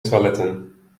toiletten